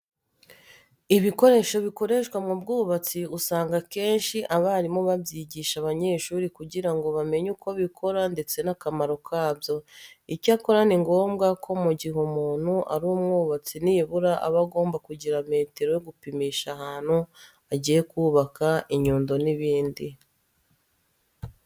Ibikoresho bikoreshwa mu bwubatsi usanga akenshi abarimu babyigisha abanyeshuri kugira ngo bamenye uko bikora ndetse n'akamaro kabyo. Icyakora ni ngombwa ko mu gihe umuntu ari umwubatsi nibura aba agomba kugira metero yo gupimisha ahantu agiye kubaka, inyundo n'ibindi.